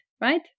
right